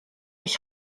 ich